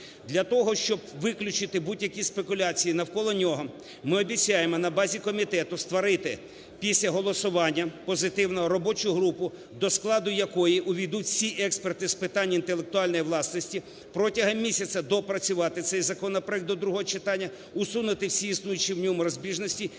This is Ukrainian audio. Для того, щоб виключити будь-які спекуляції навколо нього, ми обіцяємо на базі комітету створити після голосування позитивного робочу групу, до складу якої увійдуть всі експерти з питань інтелектуальної власності, протягом місяця доопрацювати цей законопроект до другого читання, усунути всі існуючі в ньому розбіжності